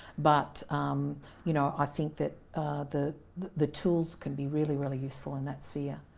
but you know, i think that the the tools can be really, really useful in that sphere.